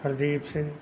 Hardeep Singh